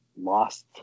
lost